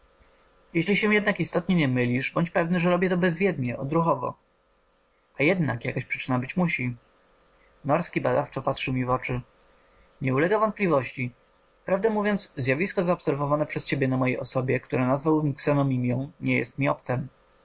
jeśli się jednak istotnie nie mylisz bądź pewny że robię to bezwiednie odruchowo a jednak jakaś przyczyna być musi norski badawczo patrzył mi w oczy nie ulega wątpliwości prawdę mówiąc zjawisko zaobserwowane przez ciebie na mojej osobie które nazwałbym ksenomimią nie jest mi